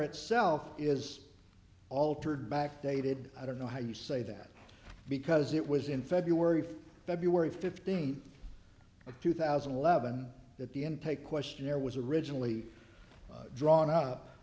itself is altered back dated i don't know how you say that because it was in february february fifteenth ok two thousand and eleven that the intake questionnaire was originally drawn up